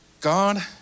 God